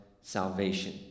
salvation